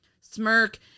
smirk